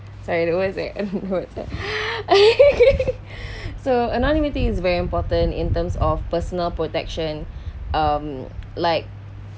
sorry what was that what was that so anonymity is very important in terms of personal protection um like